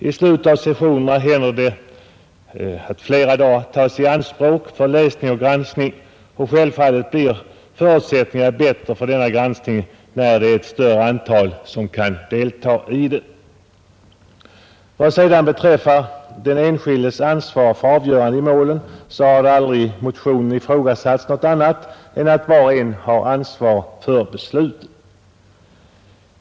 I slutet av sessionerna händer det ofta att flera dagar tas i anspråk för läsning och granskning, och självfallet blir förutsättningarna bättre för denna granskning när det är ett större antal som kan delta i den. Vad sedan beträffar den enskildes ansvar för avgörandet i målen har det aldrig i motionen ifrågasatts något annat än att var och en har ansvar för beslutet.